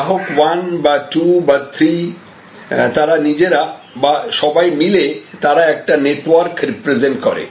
গ্রাহক 1 বা 2 বা 3 তারা নিজেরা বা সবাই মিলে তারা একটি নেটওয়ার্ক রিপ্রেজেন্ট করে